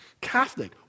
Catholic